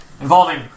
involving